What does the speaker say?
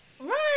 Right